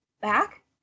back